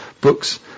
books